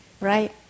right